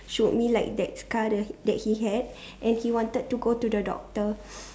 showed me like that scar the that he had and he wanted to go to the doctor